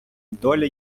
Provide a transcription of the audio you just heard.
доля